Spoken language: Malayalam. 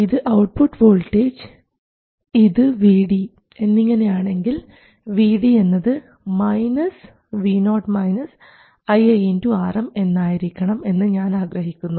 ഇത് ഔട്ട്പുട്ട് വോൾട്ടേജ് ഇത് Vd എന്നിങ്ങനെ ആണെങ്കിൽ Vd എന്നത് Vo ii Rm എന്നായിരിക്കണം എന്ന് ഞാൻ ആഗ്രഹിക്കുന്നു